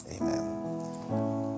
Amen